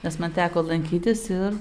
nes man teko lankytis ir